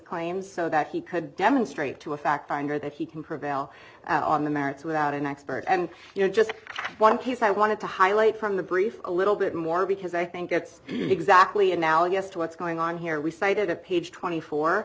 claim so that he could demonstrate to a fact finder that he can prevail on the merits without an expert and just one piece i wanted to highlight from the brief a little bit more because i think that's exactly analogous to what's going on here we cited at page twenty four